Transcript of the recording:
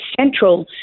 central